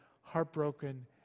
heartbroken